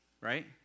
right